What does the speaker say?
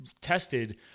tested